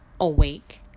awake